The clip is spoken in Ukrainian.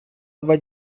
два